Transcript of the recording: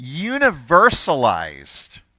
universalized